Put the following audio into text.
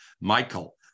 Michael